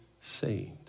saved